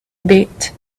bit